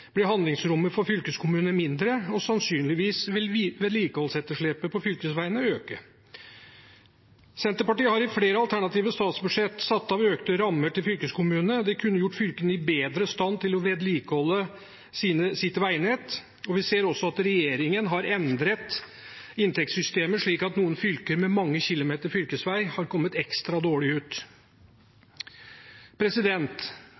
blir handlingsrommet for fylkeskommunene mindre, og sannsynligvis vil vedlikeholdsetterslepet på fylkesveiene øke. Senterpartiet har i flere alternative statsbudsjett satt av økte rammer til fylkeskommunene. Det kunne gjort fylkene bedre i stand til å vedlikeholde sitt veinett. Vi ser også at regjeringen har endret inntektssystemet slik at noen fylker med mange kilometer fylkesvei har kommet ekstra dårlig ut.